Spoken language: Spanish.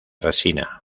resina